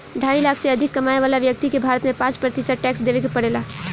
ढाई लाख से अधिक कमाए वाला व्यक्ति के भारत में पाँच प्रतिशत टैक्स देवे के पड़ेला